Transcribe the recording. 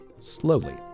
slowly